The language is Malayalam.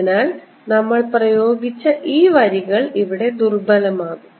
അതിനാൽ നമ്മൾ പ്രയോഗിച്ച ഈ വരികൾ ഇവിടെ ദുർബലമാകും